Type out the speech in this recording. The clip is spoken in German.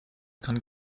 kann